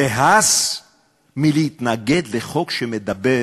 והס מלהתנגד לחוק שמדבר